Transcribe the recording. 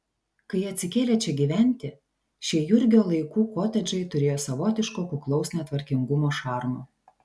kai atsikėlė čia gyventi šie jurgio laikų kotedžai turėjo savotiško kuklaus netvarkingumo šarmo